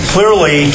Clearly